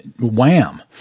wham